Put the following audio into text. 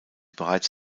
bereits